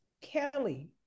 Kelly